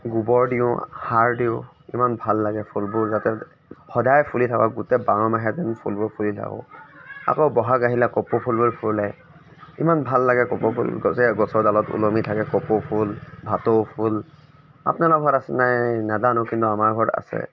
গোৱৰ দিওঁ সাৰ দিওঁ ইমান ভাল লাগে ফুলবোৰ যাতে সদায় ফুলি থাকক গোটেই বাৰ মাহে যেন ফুলবোৰ ফুলি থাকক আকৌ ব'হাগ আহিলে কপৌ ফুলবোৰ ফুলে ইমান ভাল লাগে কপৌফুল গজে গছৰ ডালত ওলমি থাকে কপৌফুল ভাটৌফুল আপোনালোকৰ ঘৰত আছে নাই নাজানো কিন্তু আমাৰ ঘৰত আছে